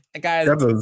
Guys